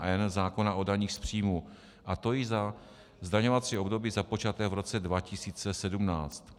n) zákona o daních z příjmů, a to již za zdaňovací období započaté v roce 2017.